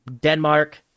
Denmark